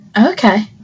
okay